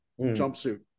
jumpsuit